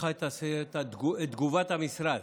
את תגובת המשרד,